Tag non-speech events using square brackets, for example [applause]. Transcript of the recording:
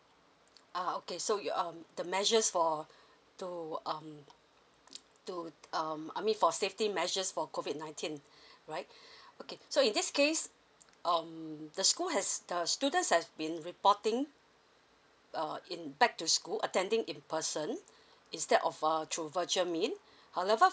ah okay so you um the measures for to um to um I mean for safety measures for COVID nineteenth [breath] right [breath] okay so in this case um the school has the students has been reporting err in back to school attending in person isnstead of uh through virtual mean however